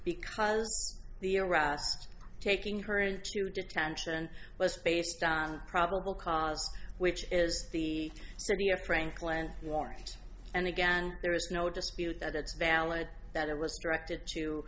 because the arrest taking her into detention was based on probable cause which is the frankland warnings and again there is no dispute that it's valid that it was directed to